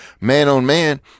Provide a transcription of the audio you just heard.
man-on-man